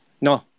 No